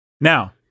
now